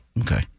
okay